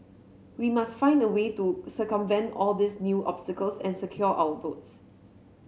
we must find a way to circumvent all these new obstacles and secure our votes